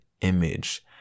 image